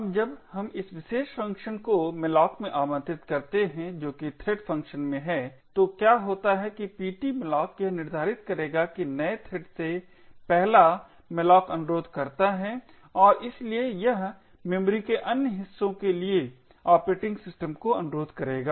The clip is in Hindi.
अब जब हम इस विशेष फंक्शन में malloc में आमंत्रित है जो कि थ्रेड फंक्शन में है तो क्या होता है कि ptmalloc यह निर्धारित करेगा कि नए थ्रेड से पहला मॉलोक अनुरोध करता है और इसलिए यह मेमोरी के अन्य हिस्सा के लिए ऑपरेटिंग सिस्टम का अनुरोध करेगा